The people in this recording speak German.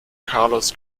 carlos